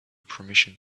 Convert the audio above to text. permission